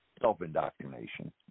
self-indoctrination